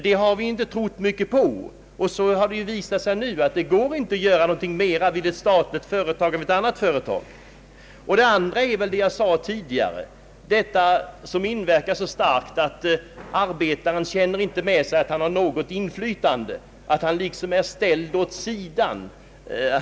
Det har vi inte trott mycket på, och det har ju visat sig nu att det inte går att göra mera därvidlag i ett statligt företag än i något annat företag. Den andra är den som jag nämnde tidigare och som inverkar så starkt, nämligen att arbetaren känner med sig att han inte har något inflytande, att han liksom är ställd åt sidan.